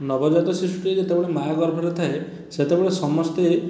ନବଜାତ ଶିଶୁଟି ଯେତେବେଳେ ମା' ଗର୍ଭରେ ଥାଏ ସେତେବେଳେ ସମସ୍ତେ